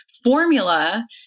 formula